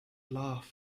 laugh